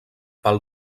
pel